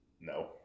No